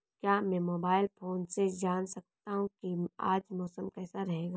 क्या मैं mobile phone से जान सकता हूँ कि आज मौसम कैसा रहेगा?